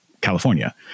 California